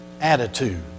attitude